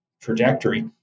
trajectory